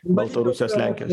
baltarusijos lenkijos